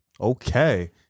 Okay